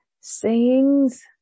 sayings